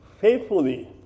faithfully